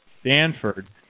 Stanford